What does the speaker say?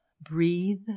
Breathe